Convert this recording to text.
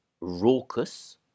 Raucous